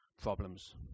problems